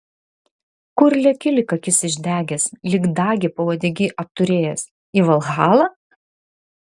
kur leki lyg akis išdegęs lyg dagį pauodegy apturėjęs į valhalą